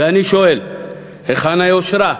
ואני שואל, היכן היושרה?